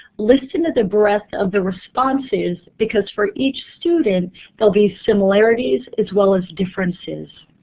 listen to the breadth of the responses, because for each student there'll be similarities as well as differences.